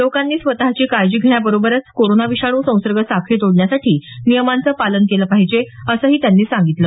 लोकांनी स्वतःची काळजी घेण्याबरोबरच कोरोना विषाणूची संसर्ग साखळी तोडण्यासाठी नियमांचं पालन केलं पाहिजे असंही त्यांनी सांगितलं